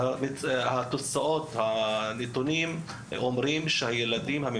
ותוצאות מראות שילדי הנגב